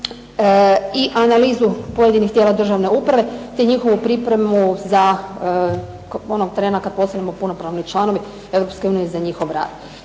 i analizu pojedinih tijela državne uprave te njihovu pripremu za onog trena kad postanemo punopravni članovi EU za njihov rad.